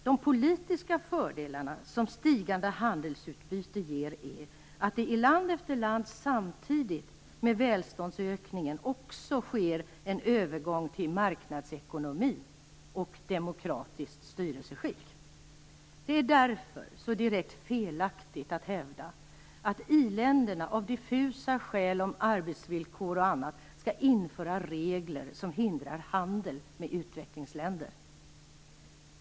De politiska fördelar som stigande handelsutbyte ger är att det i land efter land samtidigt med välståndsökningen också sker en övergång till marknadsekonomi och demokratiskt styrelseskick. Det är därför så direkt felaktigt att hävda att iländerna av diffusa skäl om arbetsvillkor och annat skall införa regler som hindrar handel med utvecklingsländer.